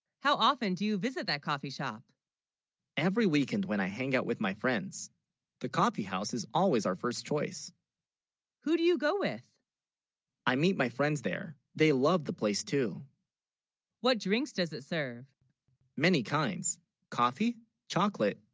how often, do you visit that coffee shop every weekend when i hang out with, my friends the coffee house is always our first choice who, do you, go with i meet my friends there they, love the place too what drinks does it serve many kinds coffee chocolate?